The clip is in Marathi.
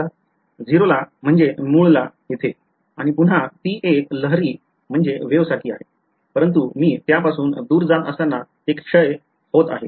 0 ला म्हणजे मूळला येथे आणि पुन्हा ती एक लहरी सारखी आहे परंतु मी त्यापासून दूर जात असताना हे क्षय होत आहे